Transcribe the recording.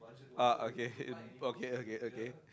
ah okay okay okay okay okay